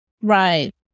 Right